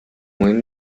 mueven